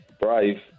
Brave